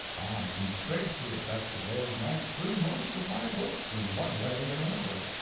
i can trace the effects of those nights through most of my books, in one way and another.